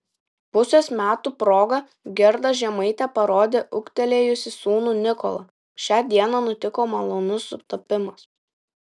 pusės metų proga gerda žemaitė parodė ūgtelėjusį sūnų nikolą šią dieną nutiko malonus sutapimas